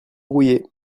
rouillé